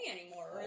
anymore